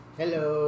hello